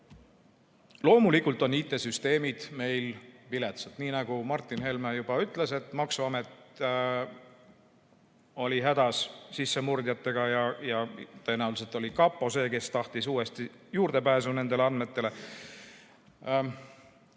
Loomulikult on IT‑süsteemid meil viletsad. Nii nagu Martin Helme ütles, maksuamet oli hädas sissemurdjatega. Tõenäoliselt oli kapo see, kes tahtis uuesti juurdepääsu nendele andmetele.